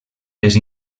les